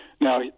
Now